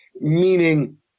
meaning